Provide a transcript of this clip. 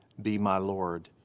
be my lord.